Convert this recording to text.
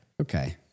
Okay